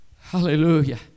Hallelujah